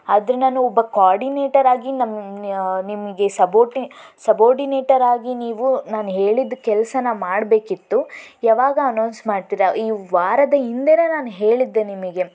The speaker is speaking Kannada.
ಆದರೆ ನಾನು ಒಬ್ಬ ಕೋರ್ಡಿನೇಟರ್ ಆಗಿ ನಮ್ಮ ನಿಮಗೆ ಸಬೋರ್ಡಿನೇಟರಾಗಿ ನೀವು ನಾನು ಹೇಳಿದ್ದು ಕೆಲಸಾನ ಮಾಡ್ಬೇಕಿತ್ತು ಯಾವಾಗ ಅನೌನ್ಸ್ ಮಾಡ್ತೀರ ಈ ವಾರದ ಹಿಂದೆನೇ ನಾನು ಹೇಳಿದ್ದೆ ನಿಮಗೆ